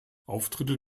auftritte